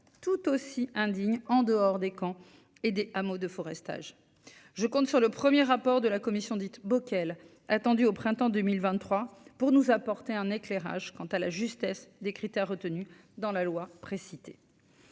tout aussi indignes en dehors des camps et des hameaux de forestage je compte sur le 1er rapport de la commission dite Bockel attendu au printemps 2023 pour nous apporter un éclairage quant à la justesse des critères retenus dans la loi précitée,